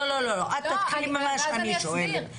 לא, את תתחילי ממה שאני שואלת.